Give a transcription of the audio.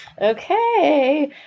Okay